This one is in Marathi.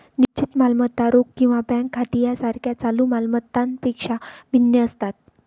निश्चित मालमत्ता रोख किंवा बँक खाती यासारख्या चालू माल मत्तांपेक्षा भिन्न असतात